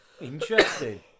Interesting